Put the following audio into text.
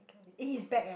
eh he's back eh